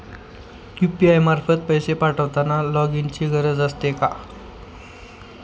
UPI मार्फत पैसे पाठवताना लॉगइनची गरज असते का?